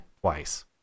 twice